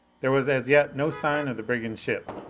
there was as yet no sign of the brigand ship.